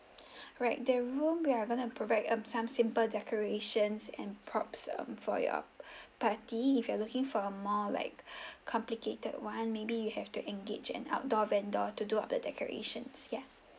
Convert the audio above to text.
right the room we are going to provide um some simple decorations and props um for your party if you are looking for a more like complicated [one] maybe you have to engage an outdoor vendor to do up the decorations ya